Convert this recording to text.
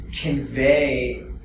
convey